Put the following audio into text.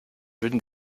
würden